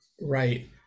right